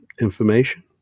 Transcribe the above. information